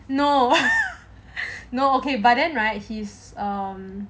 no no okay but then right he is a